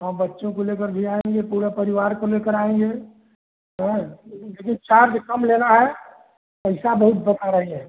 हाँ बच्चों को लेकर भी आएँगे पूरे परिवार को लेकर आएँगे एँ लेकिन लेकिन चार्ज कम लेना है पैसा बहुत बता रही हो